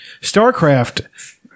Starcraft